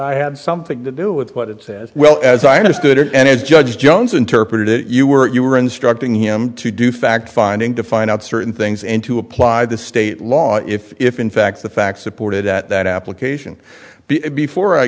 i had something to do with what it said well as i understood it and as judge jones interpreted it you were you were instructing him to do fact finding to find out certain things and to apply the state law if if in fact the facts supported that application but before i